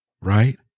right